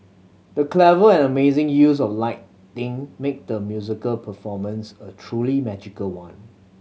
the clever and amazing use of lighting made the musical performance a truly magical one